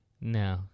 No